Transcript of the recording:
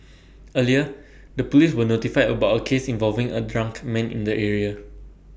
earlier the Police were notified about A case involving A drunk man in the area